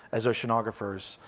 as oceanographers,